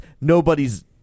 nobody's